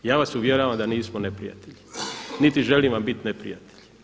Ja vas uvjeravam da nismo neprijatelji niti želim vam biti neprijatelj.